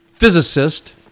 physicist